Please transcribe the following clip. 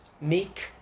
meek